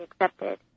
accepted